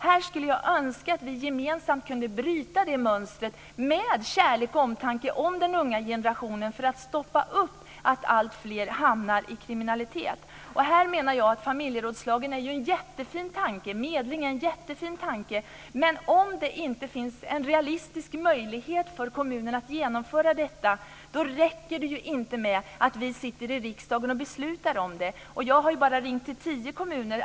Jag skulle önska att vi gemensamt med kärlek och omtanke om den unga generationen kunde bryta det här mönstret, för att förhindra att alltfler hamnar i kriminalitet. Jag menar att familjerådslag och medling är jättefina uppslag, men om det inte finns en realistisk möjlighet för kommunen att genomföra sådana åtgärder, räcker det inte att vi beslutar om sådant i riksdagen. Jag har bara ringt runt till tio kommuner.